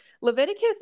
Leviticus